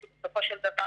כי בסופו של דבר,